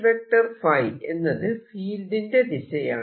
ϕ എന്നത് ഫീൽഡിന്റെ ദിശയാണ്